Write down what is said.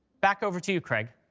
back over to you, craig.